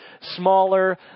smaller